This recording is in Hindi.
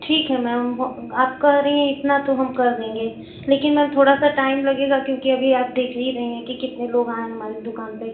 ठीक है मैम आप कह रही हैं इतना तो हम कर देंगे लेकिन मैम थोड़ा सा टाइम लगेगा क्योंकि अभी आप देख ही रही हैं कि कितने लोग आए हैं हमारी दुकान पर